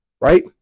right